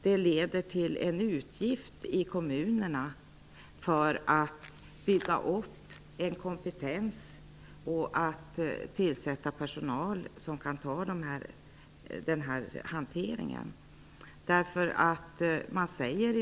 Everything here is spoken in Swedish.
Det leder i stället till en utgift för kommunerna för att bygga upp en kompetens och för att tillsätta personal som kan hantera dessa ärenden.